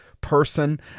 person